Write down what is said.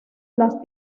las